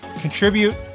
Contribute